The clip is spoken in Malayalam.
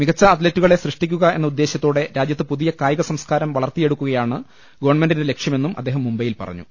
മികച്ച അത്ലറ്റുകളെ സൃഷ്ടിക്കുക എന്ന് ഉദ്ദേശ്യത്തോടെ രാജ്യത്ത് പുതിയ കായിക സംസ്കാര്യം വളർത്തിയെടു ക്കുകയാണ് ഗവൺമെന്റിന്റെ ലക്ഷ്യമെന്നും അദ്ദേഹം മുംബൈ യിൽ പറഞ്ഞു